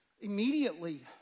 immediately